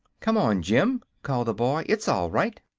come on, jim! called the boy. it's all right.